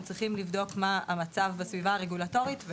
צריכים לבדוק מה המצב בסביבה הרגולטורית,